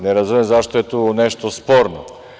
Ne razumem zašto je tu nešto sporno.